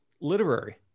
literary